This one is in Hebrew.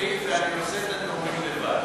ואני כותב את הנאומים לבד.